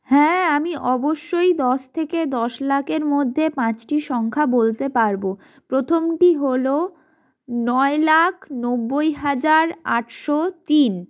হ্যাঁ আমি অবশ্যই দশ থেকে দশ লাখের মধ্যে পাঁচটি সংখ্যা বলতে পারবো প্রথমটি হলো নয় লাখ নব্বই হাজার আটশো তিন